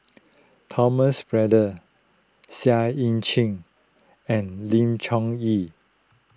Thomas Braddell Seah Eu Chin and Lim Chong Yah